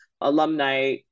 Alumni